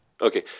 Okay